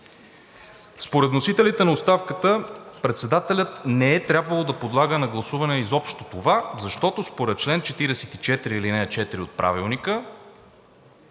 Според вносителите на оставката председателят не е трябвало да подлага на гласуване изобщо това, защото според чл. 44, ал. 4 от Правилника